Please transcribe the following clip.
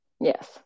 Yes